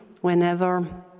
whenever